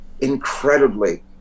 incredibly